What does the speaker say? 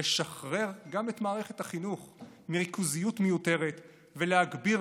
לשחרר גם את מערכת החינוך מריכוזיות מיותרת ולהגביר